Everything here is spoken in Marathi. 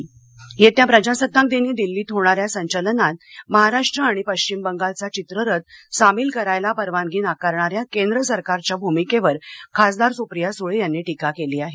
सप्रिया सळे येत्या प्रजासत्ताक दिनी दिल्लीत होणाऱ्या संचालनात महाराष्ट्र आणि पश्चिम बंगालचा चित्ररथ सामील करायला परवानगी नाकारणाऱ्या केंद्र सरकारच्या भूमिकेवर खासदार सुप्रिया सुळे यांनी टीका केली आहे